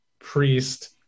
priest